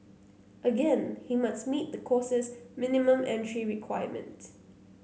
again he must meet the course's minimum entry requirement